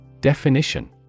Definition